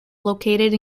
located